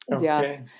Yes